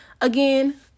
again